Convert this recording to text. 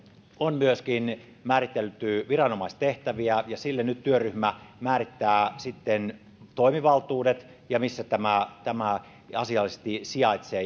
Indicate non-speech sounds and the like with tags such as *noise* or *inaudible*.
on myöskin määritelty viranomaistehtäviä ja tälle viranomaiselle työryhmä määrittää nyt toimivaltuudet ja sen missä tämä tämä asiallisesti sijaitsee *unintelligible*